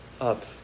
up